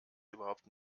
überhaupt